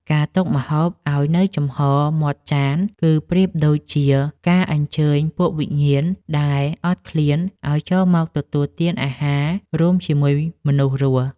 ការទុកម្ហូបឱ្យនៅចំហរមាត់ចាន គឺប្រៀបដូចជាការអញ្ជើញពួកវិញ្ញាណដែលអត់ឃ្លានឱ្យចូលមកទទួលទានអាហាររួមជាមួយមនុស្សរស់។